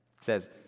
says